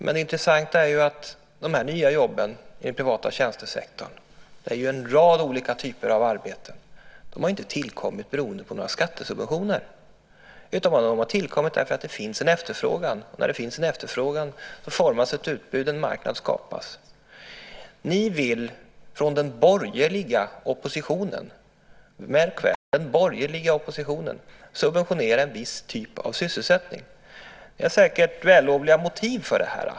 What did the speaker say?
Men det intressanta är att dessa nya jobb i den privata tjänstesektorn är en rad olika typer av arbeten. De har inte tillkommit beroende på några skattesubventioner, utan de har tillkommit därför att det finns en efterfrågan. Och när det finns en efterfrågan formas ett utbud och en marknad skapas. Ni vill från den borgerliga oppositionen - märk väl, den borgerliga oppositionen - subventionera en viss typ av sysselsättning. Ni har säkert vällovliga motiv för detta.